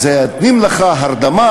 זו הרדמה,